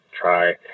try